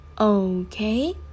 Okay